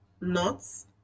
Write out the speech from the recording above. nuts